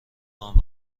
لامپ